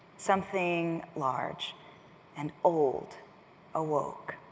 something large and old awoke,